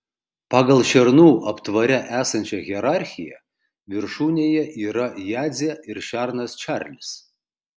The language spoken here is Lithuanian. pagal šernų aptvare esančią hierarchiją viršūnėje yra jadzė ir šernas čarlis